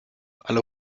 alle